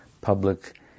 public